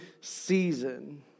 season